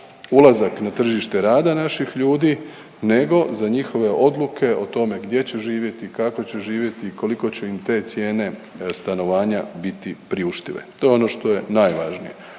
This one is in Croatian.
ulazak na tržište rada naših ljudi nego za njihove odluke o tome gdje će živjeti, kako će živjeti i koliko će im te cijene stanovanja biti priuštive, to je ono što je najvažnije.